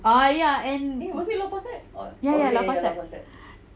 ah and ya and ya ya lau pa sat